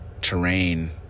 terrain